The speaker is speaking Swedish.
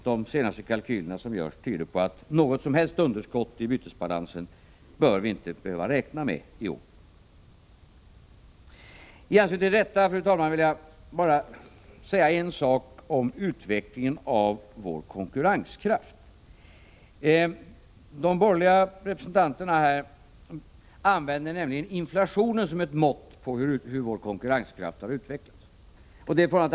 De senaste kalkylerna som gjorts tyder på att vi i år inte behöver räkna med något som helst underskott i bytesbalansen. Låt mig, fru talman, rätta en sak beträffande utvecklingen av vår konkurrenskraft. De borgerliga representanterna här använder nämligen inflationen som mått på hur vår konkurrenskraft har utvecklats.